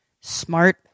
smart